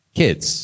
kids